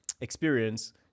experience